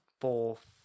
fourth